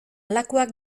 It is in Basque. lakuak